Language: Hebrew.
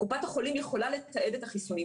קופת החולים יכולה לתעד את החיסונים,